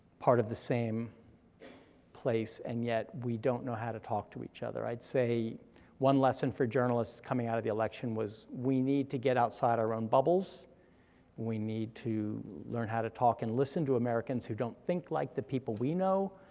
part of the same place, and yet we don't know how to talk to each other. i'd say one lesson for journalists coming out of the election was we need to get outside our own bubbles, and we need to learn how to talk and listen to americans who don't think like the people we know,